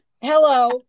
Hello